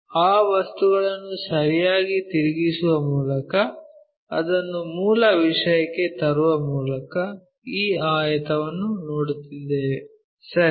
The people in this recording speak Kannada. ಆ ವಸ್ತುವನ್ನು ಸರಿಯಾಗಿ ತಿರುಗಿಸುವ ಮೂಲಕ ಅದನ್ನು ಮೂಲ ವಿಷಯಕ್ಕೆ ತರುವ ಮೂಲಕ ಈ ಆಯತವನ್ನು ನೋಡುತ್ತೇವೆ ಸರಿ